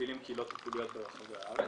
מפעילים קהילות טיפוליות ברחבי הארץ.